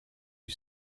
you